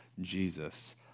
Jesus